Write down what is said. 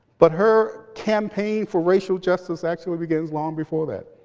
but her campaign for racial justice actually begins long before that.